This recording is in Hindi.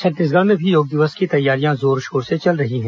छत्तीसगढ़ में भी योग दिवस की तैयारियां जोरशोर से चल रही हैं